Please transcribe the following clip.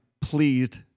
pleased